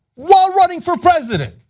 while running for president.